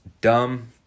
dumb